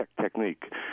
technique